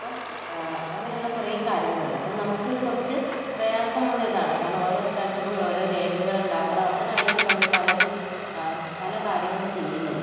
അപ്പോൾ അങ്ങനെയുള്ള കുറെ കാര്യങ്ങളുണ്ട് അപ്പോൾ നമുക്കിത് കുറച്ച് പ്രയാസം ഉള്ളതാണ് കാരണം ഓരോ സ്ഥലത്ത് പോയി ഓരോ രേഖകൾ ഉണ്ടാക്കണം അപ്പോഴായിരിക്കും നമ്മൾ പലതും പല കാര്യങ്ങളും ചെയ്യുന്നത്